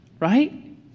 Right